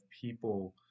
people